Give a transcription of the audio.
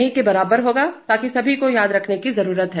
नहीं के बराबर होगा ताकि सभी को याद रखने की जरूरत है